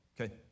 Okay